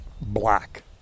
black